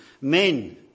Men